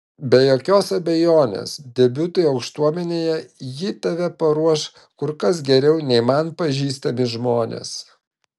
be jokios abejonės debiutui aukštuomenėje ji tave paruoš kur kas geriau nei man pažįstami žmonės